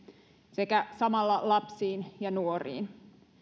sekä samalla lapsiin ja nuoriin